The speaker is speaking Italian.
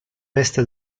veste